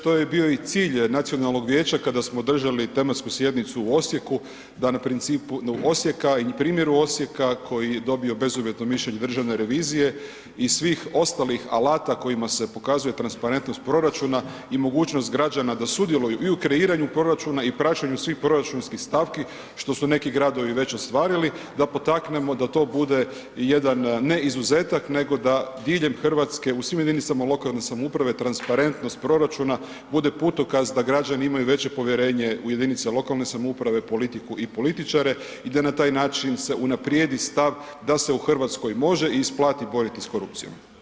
To je i bio i cilj nacionalnog vijeća kada smo držali tematsku sjednicu u Osijeku, da na principu Osijeka i primjeru Osijeka koji je dobio bezuvjetno mišljenje državne revizije i svih ostalih alata kojima se pokazuje transparentnost proračuna i mogućnost građana da sudjeluju i u kreiranju proračuna i praćenju svih proračunskih stavki, što su neki gradovi već ostvarili, da potaknemo da to bude jedan, ne izuzetak, nego da diljem Hrvatske u svim jedinicama lokalne samouprave transparentnost proračuna bude putokaz da građani imaju veće povjerenje u jedinice lokalne samouprave, politiku i političare i da na taj način se unaprijedi stav da se u Hrvatskoj može i isplati boriti s korupcijom.